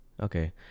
okay